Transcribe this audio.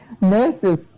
nurses